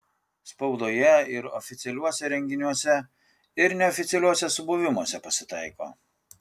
spaudoje ir oficialiuose renginiuose ir neoficialiuose subuvimuose pasitaiko